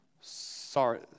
Sorry